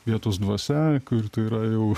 vietos dvasia kur tai yra jau